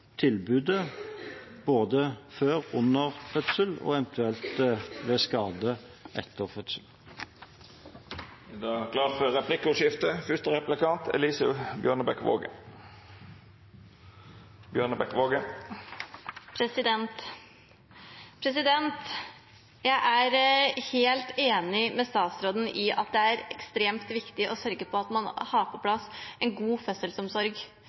tilbudet, både før og under fødsel og eventuelt ved skade etter fødsel. Det vert replikkordskifte. Jeg er helt enig med statsråden i at det er ekstremt viktig å sørge for at man har en god